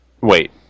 Wait